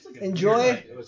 enjoy